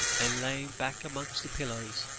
and lying back amongst the pillows,